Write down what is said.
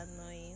annoying